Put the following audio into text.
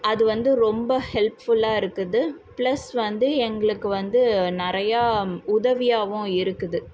அது வந்து ரொம்ப ஹெல்ப்ஃபுல்லாக இருக்குது பிளஸ் வந்து எங்களுக்கு வந்து நிறையா உதவியாகவும் இருக்குது